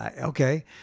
okay